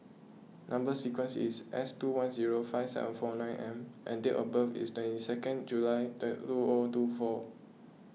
Number Sequence is S two one zero five seven four nine M and date of birth is twenty second July two O two four